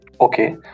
Okay